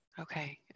Okay